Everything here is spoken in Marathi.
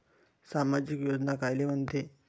सामाजिक योजना कायले म्हंते?